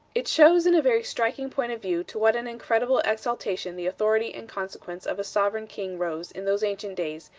it shows in a very striking point of view to what an incredible exaltation the authority and consequence of a sovereign king rose in those ancient days,